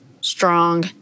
strong